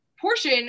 portion